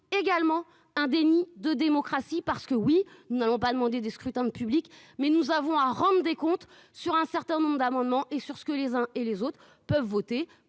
également. Un déni de démocratie, parce que oui, nous n'allons pas demander des scrutins publics mais nous avons un rendez compte sur un certain nombre d'amendements et sur ce que les uns et les autres peuvent voter